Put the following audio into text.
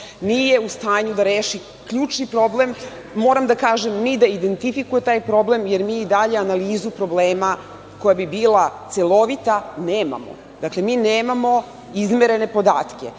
nije u stanju da reši ključni problem. Moram da kažem ni da identifikuje taj problem, jer mi i dalje analizu problema koja bi bila celovita nemamo. Dakle, mi nemamo izmerene podatke,